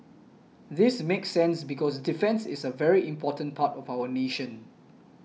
this makes sense because defence is a very important part of our nation